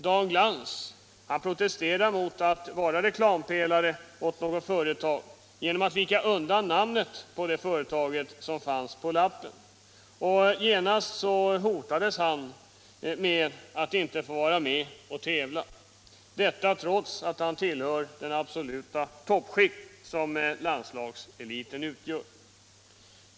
Dan Glans protesterade mot att vara reklampelare åt något företag genom att vika undan namnet på det företag som stod på hans lapp, och han hotades genast med att inte få vara med och tävla, trots att han tillhör det absoluta toppskikt som landslagseliten utgör.